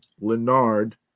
Leonard